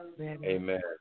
Amen